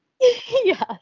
yes